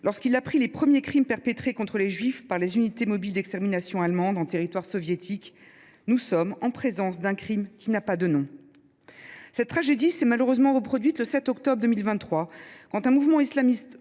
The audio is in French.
lorsqu’il apprit les premiers crimes perpétrés contre les juifs par les unités mobiles d’extermination allemandes en territoire soviétique :« Nous sommes en présence d’un crime sans nom. » Cette tragédie s’est malheureusement reproduite le 7 octobre 2023, quand un mouvement islamiste,